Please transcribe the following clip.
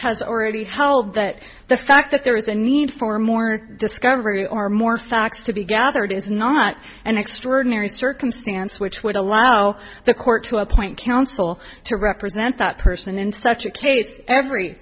has already held that the fact that there is a need for more discovery or more facts to be gathered is not an extraordinary circumstance which would allow the court to appoint counsel to represent that person in such a case every